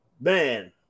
man